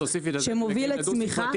שמוביל לצמיחה.